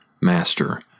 Master